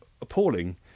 appalling